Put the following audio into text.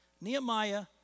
Nehemiah